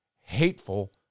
hateful